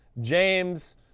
James